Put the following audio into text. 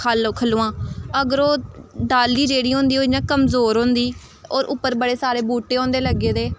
खल्ल खल्लूआं अगर ओह् डाह्ली जेह्ड़ी होंदी ओह् इ'यां कमजोर होंदी होर उप्पर बड़े सारे बूह्टे होंदे लग्गे दे